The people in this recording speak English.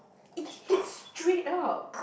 it heats straight out